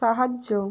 সাহায্য